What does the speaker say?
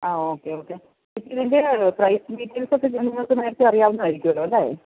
ആഹ് okay okay ഇതിൻ്റെ price ഡീറ്റെയിൽസൊക്കെ നിങ്ങൾക്ക് നേരത്തെ അറിയാവുന്നതായിരിക്കുമല്ലേ